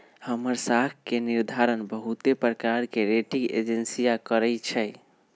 हमर साख के निर्धारण बहुते प्रकार के रेटिंग एजेंसी करइ छै